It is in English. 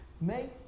Make